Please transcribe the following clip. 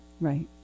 Right